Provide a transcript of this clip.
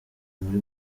muri